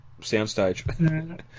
soundstage